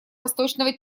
восточного